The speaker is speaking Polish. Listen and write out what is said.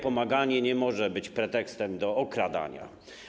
Pomaganie nie może być pretekstem do okradania.